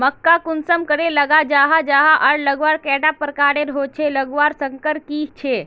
मक्का कुंसम करे लगा जाहा जाहा आर लगवार कैडा प्रकारेर होचे लगवार संगकर की झे?